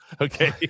Okay